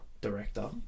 Director